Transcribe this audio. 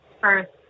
first